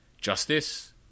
justice